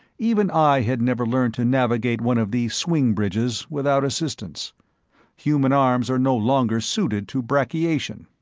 even i had never learned to navigate one of these swing-bridges without assistance human arms are no longer suited to brachiation.